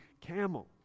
camel